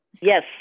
Yes